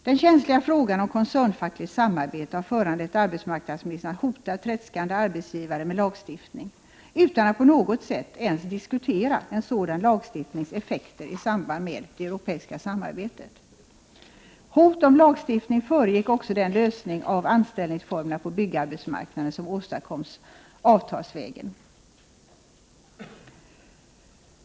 Den känsliga frågan om koncernfackligt samarbete har föranlett arbetsmarknadsministern att hota tredskande arbetsgivare med lagstiftning — utan att på något sätt ens diskutera en sådan lagstiftnings effekter i samband med det europeiska samarbetet. Hot om lagstiftning föregick också den lösning av frågan om anställningsformerna på byggarbetsmarknaden som åstadkoms avtalsvägen.